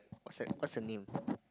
what's what's her name